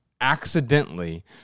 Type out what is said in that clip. accidentally